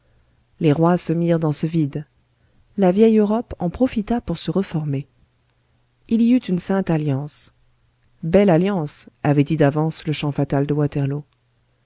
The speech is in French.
les rois se mirent dans ce vide la vieille europe en profita pour se reformer il y eut une sainte-alliance belle alliance avait dit d'avance le champ fatal de waterloo